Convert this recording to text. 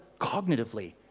cognitively